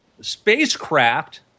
spacecraft